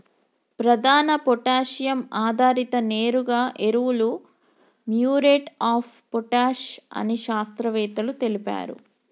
ప్రధాన పొటాషియం ఆధారిత నేరుగా ఎరువులు మ్యూరేట్ ఆఫ్ పొటాష్ అని శాస్త్రవేత్తలు తెలిపారు